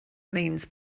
means